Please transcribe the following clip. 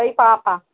ॿई पाउ पाउ